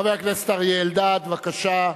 חבר הכנסת אריה אלדד, בבקשה.